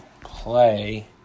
play